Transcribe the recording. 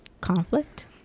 conflict